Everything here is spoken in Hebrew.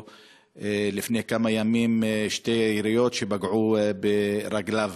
לפני כמה ימים שתי יריות שפגעו ברגליו.